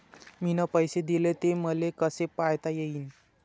मिन पैसे देले, ते मले कसे पायता येईन?